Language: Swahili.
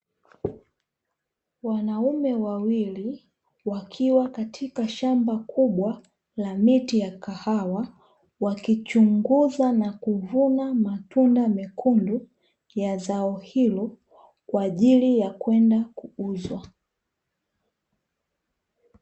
Wanaume wawili wakiwa katika shamba kubwa la miti ya kahawa, wakichunguza na kuvuna matunda mekundu ya zao hilo kwaajili ya kwenda kuuzwa.